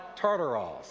tartaros